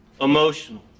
Emotional